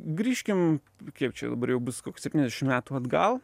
grįžkim kiek čia dabar jau bus koks septyniasdešim metų atgal